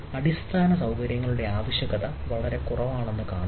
അടിസ്ഥാനസൌകര്യങ്ങളുടെ ആവശ്യകത വളരെ കുറവാണെന്ന് കാണുക